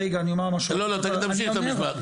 רגע אני אומר משהו -- לא לא תמשיך את המשפט,